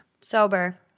sober